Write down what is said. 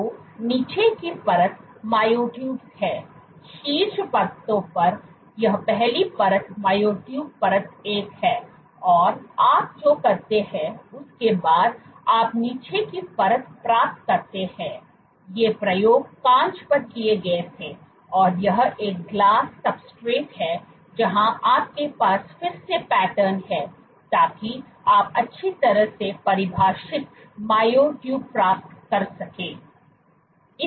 तो नीचे की परत मायोट्यूब्स है शीर्ष परतों पर यह पहली परत मायोट्यूब परत एक है और आप जो करते हैं उसके बाद आप नीचे की परत प्राप्त करते हैं ये प्रयोग कांच पर किए गए थे और यह एक ग्लास सब्सट्रेट है जहां आपके पास फिर से पैटर्न हैं ताकि आप अच्छी तरह से परिभाषित मायोट्यूब प्राप्त कर सकें